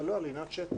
אבל לא על לינת שטח.